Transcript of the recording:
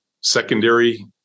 secondary